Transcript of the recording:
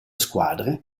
squadre